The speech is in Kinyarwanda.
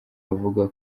bavugaga